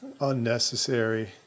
unnecessary